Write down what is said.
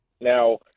Now